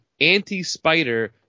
anti-Spider